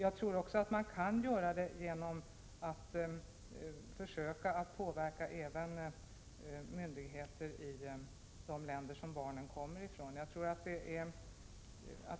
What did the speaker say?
Det tror jag att man kan göra genom att försöka påverka även myndigheter i de länder från vilka barnen kommer.